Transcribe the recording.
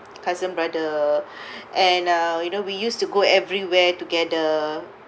cousin brother and uh you know we used to go everywhere together